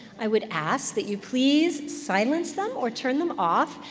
i would ask that you please silence them or turn them off,